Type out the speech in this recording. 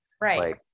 Right